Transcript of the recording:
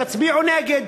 תצביעו נגד,